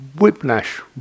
Whiplash